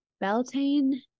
Beltane